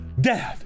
Dad